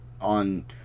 on